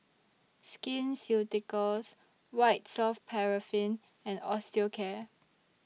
Skin Ceuticals White Soft Paraffin and Osteocare